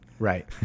Right